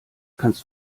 kannst